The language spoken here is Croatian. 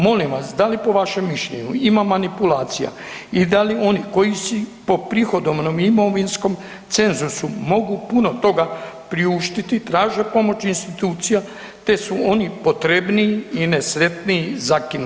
Molim vas da li po vašem mišljenju ima manipulacija i da li oni koji si po prihodovnom i imovinskom cenzusu mogu puno toga priuštiti traže pomoć institucija te su oni potrebniji i nesretniji zakinuti?